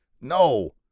No